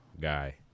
guy